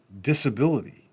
disability